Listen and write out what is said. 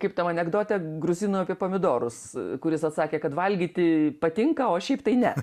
kaip tam anekdote gruzinui apie pomidorus kuris atsakė kad valgyti patinka o šiaip tai ne